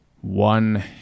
one